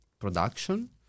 production